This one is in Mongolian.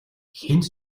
хэнд